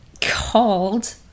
called